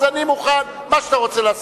אז אני מוכן לעשות מה שאתה רוצה,